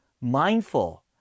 mindful